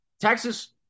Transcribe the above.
Texas